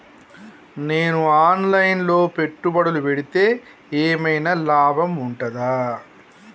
నేను online లో పెట్టుబడులు పెడితే ఏమైనా లాభం ఉంటదా?